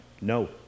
No